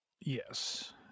Yes